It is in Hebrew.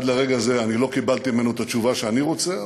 ועד לרגע זה אני לא קיבלתי ממנו את התשובה שאני רוצה,